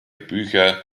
bücher